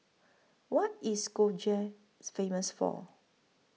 What IS Skopje Famous For